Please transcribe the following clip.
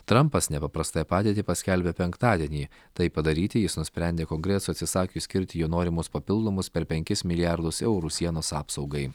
trampas nepaprastąją padėtį paskelbė penktadienį tai padaryti jis nusprendė kongresui atsisakius skirti jo norimus papildomus per penkis milijardus eurų sienos apsaugai